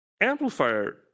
amplifier